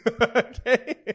Okay